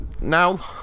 now